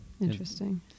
interesting